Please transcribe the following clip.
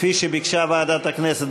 כפי שביקשה ועדת הכנסת.